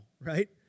right